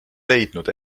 leidnud